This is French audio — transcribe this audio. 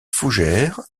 fougère